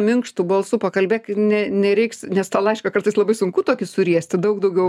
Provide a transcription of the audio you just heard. minkštu balsu pakalbėk nė nereiks nes tą laišką kartais labai sunku tokį suriesti daug daugiau